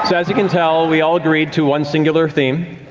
as you can tell, we all agreed to one, singular theme.